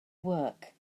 work